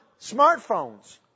smartphones